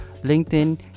LinkedIn